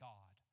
God